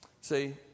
see